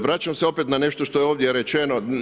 Vraćam se opet na nešto što je ovdje rečeno.